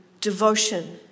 devotion